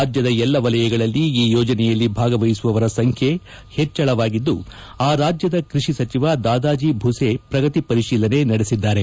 ರಾಜ್ಯದ ಎಲ್ಲ ವಲಯಗಳಲ್ಲಿ ಈ ಯೋಜನೆಯಲ್ಲಿ ಭಾಗವಹಿಸುವವರ ಸಂಖ್ಯೆ ಹೆಚ್ಚಳವಾಗಿದ್ದು ಆ ರಾಜ್ಯದ ಕೃಷಿ ಸಚಿವ ದಾದಾಜೀ ಭುಸೆ ಪ್ರಗತಿ ಪರಿಶೀಲನೆ ನಡೆಸಿದ್ದಾರೆ